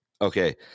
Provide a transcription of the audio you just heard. Okay